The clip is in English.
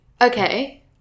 Okay